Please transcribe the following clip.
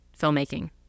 filmmaking